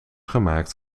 gemaakt